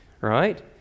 right